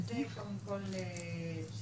ואז כל השירותים